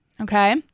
Okay